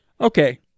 Okay